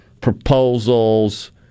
proposals